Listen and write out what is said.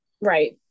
right